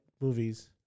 movies